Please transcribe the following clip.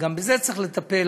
שגם בזה צריך לטפל,